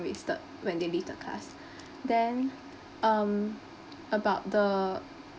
wasted when they leave the class then um about the